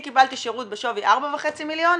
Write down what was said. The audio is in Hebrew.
אני קיבלתי שירות בשווי 4.5 מיליון,